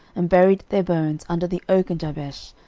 and buried their bones under the oak in jabesh,